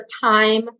time